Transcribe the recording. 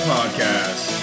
Podcast